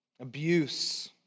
abuse